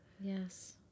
yes